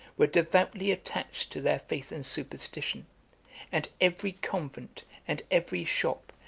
were devoutly attached to their faith and superstition and every convent, and every shop,